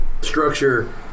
structure